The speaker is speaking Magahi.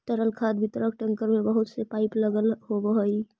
तरल खाद वितरक टेंकर में बहुत से पाइप लगल होवऽ हई